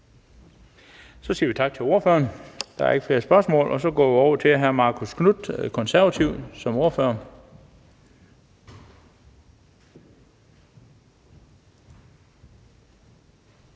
Så siger vi tak til ordføreren. Der er ikke flere korte bemærkninger, og så går vi over til hr. Marcus Knuth, De Konservative, som ordfører.